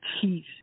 teeth